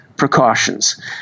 precautions